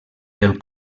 del